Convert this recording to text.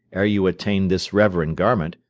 ere you attain'd this reverend garment,